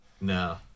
No